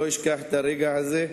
לא אשכח את הרגע הזה.